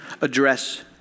Address